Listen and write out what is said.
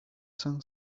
sun